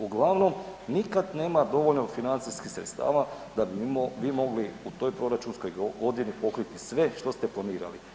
Uglavnom nikad nema dovoljno financijskih sredstava da bi vi mogli u toj proračunskog godini pokriti sve što ste planirali.